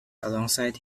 alongside